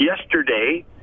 yesterday